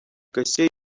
гостей